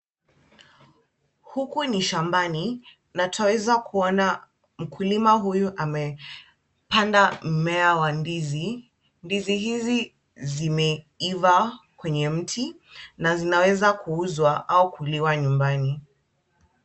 Huku ni shamabani na twaweza kuona mkulima huyu amepanda mmea wa ndizi. Ndizi hizi zimeiva kwenye mti na zinaweza kuuzwa au kuliwa nyumbani.